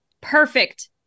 perfect